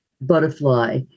butterfly